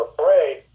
afraid